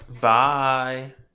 bye